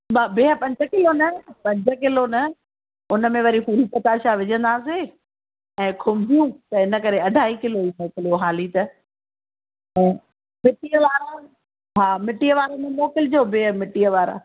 बा भेण आहे पंज किलो न पंज किलो न उनमें वरी पूरी पताशा विझंदासीं ऐं खुंबियूं त हिन करे अढाई किलो लिखी छॾियो हाली त त मिटीअ वारा हा मिटीअ वारो न मोकिलिजो भेअ मिटी वारा